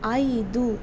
ಐದು